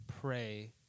pray